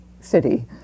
city